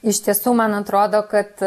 iš tiesų man atrodo kad